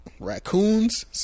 raccoons